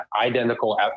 identical